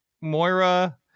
Moira